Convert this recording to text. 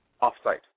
off-site